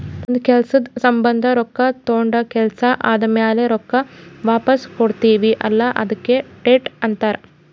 ಒಂದ್ ಕೆಲ್ಸಕ್ ಸಂಭಂದ ರೊಕ್ಕಾ ತೊಂಡ ಕೆಲ್ಸಾ ಆದಮ್ಯಾಲ ರೊಕ್ಕಾ ವಾಪಸ್ ಕೊಡ್ತೀವ್ ಅಲ್ಲಾ ಅದ್ಕೆ ಡೆಟ್ ಅಂತಾರ್